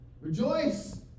Rejoice